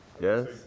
Yes